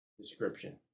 Description